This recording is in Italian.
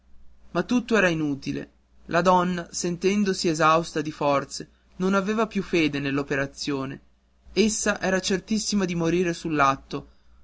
ma tutto era inutile la donna sentendosi esausta di forze non aveva più fede nell'operazione essa era certissima o di morire